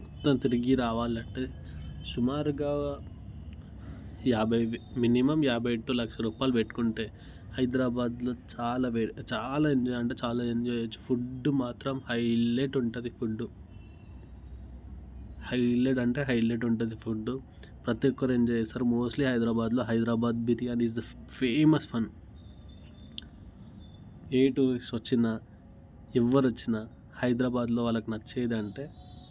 మొత్తం తిరిగి రావాలంటే సుమారుగా యాభై మినిమం యాభై టు లక్ష రూపాయలు పెట్టుకుంటే హైదరాబాదులో చాలా ప్లేసెస్ చాలా అంటే చాలా ఎంజాయ్ చేయచ్చు ఫుడ్డు మాత్రం హైలెట్ ఉంటుంది హైలెట్ అంటే హైలెట్ ఉంటుంది ఫుడ్ ప్రతి ఒక్కరు ఎంజాయ్ చేస్తారు మోస్ట్లీ హైదరాబాద్లో Hyderabad biryani is the famous one ఏ టూరిస్ట్ వచ్చినా ఎవరు వచ్చినా హైదరాబాద్లో వాళ్ళకు నచ్చేది అంటే